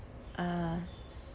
uh